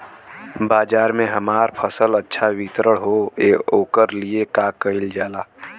बाजार में हमार फसल अच्छा वितरण हो ओकर लिए का कइलजाला?